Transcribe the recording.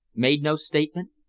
made no statement?